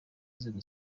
nzego